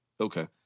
Okay